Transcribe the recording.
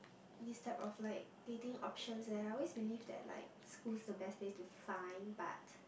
this type of like dating options that I always believe that like school's the best way to find but